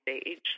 stage